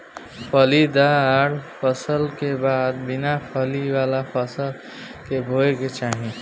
फलीदार फसल का बाद बिना फली वाला फसल के बोए के चाही